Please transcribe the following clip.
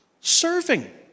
serving